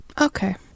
Okay